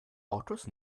autos